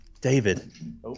David